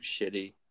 shitty